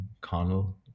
Connell